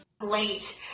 Late